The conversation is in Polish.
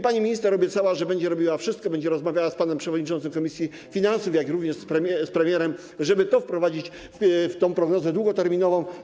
Pani minister obiecała, że będzie robić wszystko, że będzie rozmawiała z panem przewodniczącym komisji finansów, jak również z premierem, żeby to wprowadzić w ramach prognozy długoterminowej.